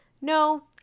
No